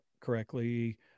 correctly